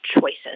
choices